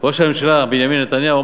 ראש הממשלה בנימין נתניהו,